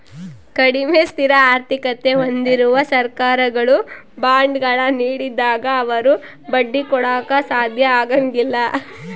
ಕಡಿಮೆ ಸ್ಥಿರ ಆರ್ಥಿಕತೆ ಹೊಂದಿರುವ ಸರ್ಕಾರಗಳು ಬಾಂಡ್ಗಳ ನೀಡಿದಾಗ ಅವರು ಬಡ್ಡಿ ಕೊಡಾಕ ಸಾಧ್ಯ ಆಗಂಗಿಲ್ಲ